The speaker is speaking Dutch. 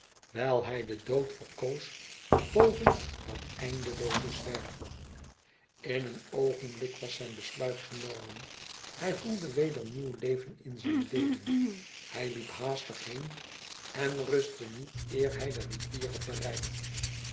wijl hij den dood verkoos boven dat eindelooze zwerven in een oogenblik was zijnbesluitgenomen hij voelde weder nieuw leven in zijn leden hij liep haastig heen en rustte niet eer hij de rivier had bereikt